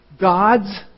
God's